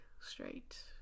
straight